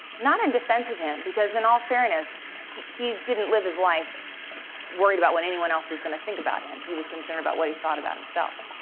not in defense of him, because in all fairness, he he didn't live his life worried about what anyone else was going to think about him. he was concerned about what he thought about himself.